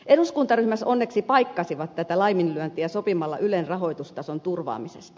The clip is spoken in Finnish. eduskuntaryhmät onneksi paikkasivat tätä laiminlyöntiä sopimalla ylen rahoitustason turvaamisesta